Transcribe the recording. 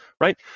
right